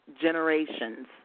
generations